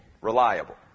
reliable